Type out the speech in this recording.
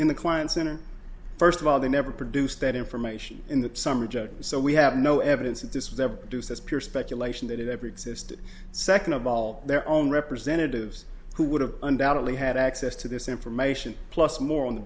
in the clients in and first of all they never produced that information in the summer judge so we have no evidence that this was ever produced as pure speculation that in every system second of all their own representatives who would have undoubtedly had access to this information plus more on the